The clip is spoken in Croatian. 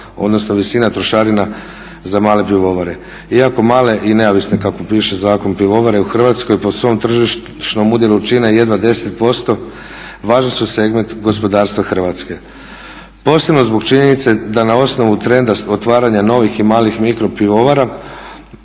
odnosno visina trošarina za male pivovare. Iako male i neovisne kako piše zakon pivovare u Hrvatskoj po svom tržišnom udjelu čine jedna 10% važan su segment gospodarstva Hrvatske. Posebno zbog činjenice da na osnovu trenda otvaranja novih i malih mikro pivovara